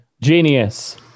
Genius